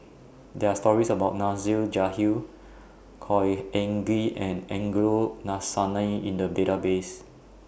There Are stories about Nasir Jalil Khor Ean Ghee and Angelo Sanelli in The Database